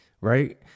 right